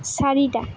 চাৰিটা